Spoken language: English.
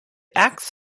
acts